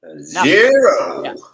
Zero